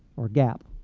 or gap.